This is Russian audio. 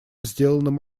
сделанным